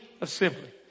Assembly